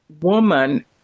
woman